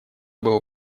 был